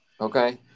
Okay